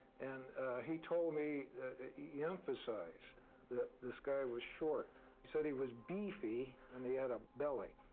and he told me he emphasized that this guy was short. he said he was beefy and he had a belly.